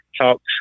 talks